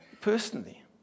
Personally